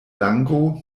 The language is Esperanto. lango